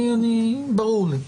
ברור לי.